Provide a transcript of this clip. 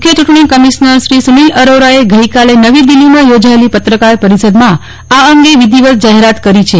મુખ્ય ચુંટણી કમિશ્નર શ્રી સુનીલ અરોરાએ ગઈ કાલે નવી દિલ્હીમાં યોજાયેલી પત્રકાર પરિષદમાં આ અંગે વિધિવત જાહેરાત કરી છે